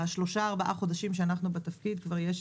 בשלושה-ארבעה חודשים שאנחנו בתפקיד כבר יש